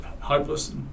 hopeless